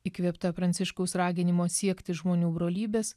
įkvėpta pranciškaus raginimo siekti žmonių brolybės